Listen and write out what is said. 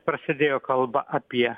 prasidėjo kalba apie